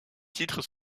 titres